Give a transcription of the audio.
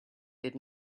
did